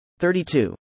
32